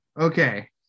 okay